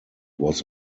was